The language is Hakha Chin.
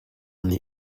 nih